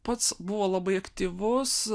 pats buvo labai aktyvus